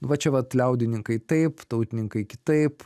va čia vat liaudininkai taip tautininkai kitaip